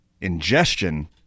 ingestion